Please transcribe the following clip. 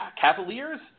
Cavaliers